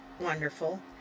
wonderful